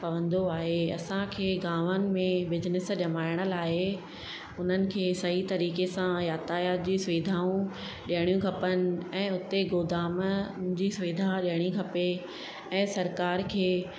पवंदो आहे असांखे गांवनि में बिजनेस जमाइण लाइ उन्हनि खे सही तरीक़े सां यातायात जी सुविधाऊं ॾियणियूं खपनि ऐं उते गोदाम जी सुविधा ॾियणी खपे ऐं सरकार खे